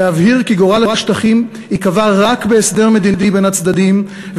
להבהיר כי גורל השטחים ייקבע רק בהסדר מדיני בין הצדדים,